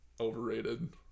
overrated